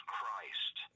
Christ